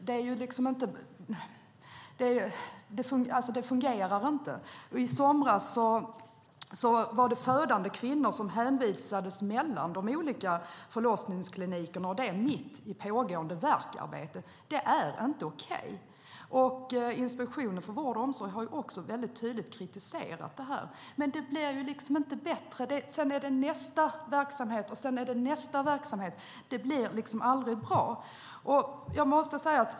Det fungerar inte. I somras hänvisades födande kvinnor mellan de olika förlossningsklinikerna, mitt i pågående värkarbete. Det är inte okej! Inspektionen för vård och omsorg har också tydligt kritiserat detta, men det blir inte bättre. Sedan är det nästa verksamhet, och nästa verksamhet. Det blir aldrig bra.